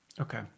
Okay